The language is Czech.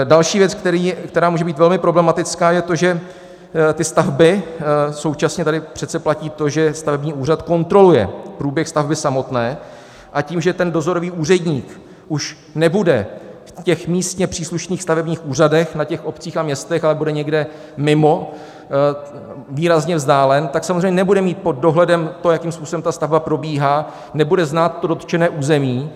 Další věc, která může být velmi problematická, je to, že ty stavby současně tady přece platí to, že stavební úřad kontroluje průběh stavby samotné, a tím, že ten dozorový úředník už nebude v těch místně příslušných stavebních úřadech na těch obcích a městech, ale bude někde mimo, výrazně vzdálen, tak samozřejmě nebude mít pod dohledem to, jakým způsobem ta stavba probíhá, nebude znát to dotčené území.